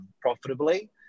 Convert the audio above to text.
profitably